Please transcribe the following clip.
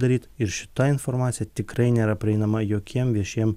daryt ir šita informacija tikrai nėra prieinama jokiem viešiem